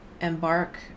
Embark